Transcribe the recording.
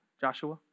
Joshua